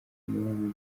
n’uwo